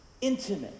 intimate